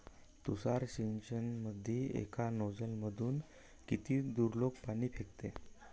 तुषार सिंचनमंदी एका नोजल मधून किती दुरलोक पाणी फेकते?